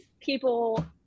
people